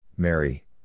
Mary